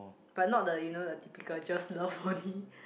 but not the you know the typical just love only